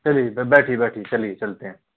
चलिए इधर बैठिए बैठिए चलिए चलते हैं